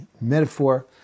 metaphor